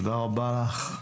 תודה רבה לך,